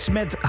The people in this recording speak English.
met